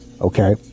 okay